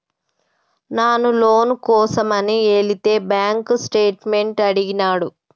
నాను లోను కోసమని ఎలితే బాంక్ స్టేట్మెంట్ అడిగినాడు